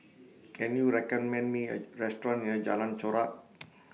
Can YOU recommend Me A Restaurant near Jalan Chorak